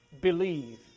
believe